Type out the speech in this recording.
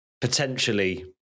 potentially